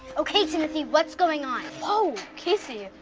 okay, timothy, what's going on? whoa, casey.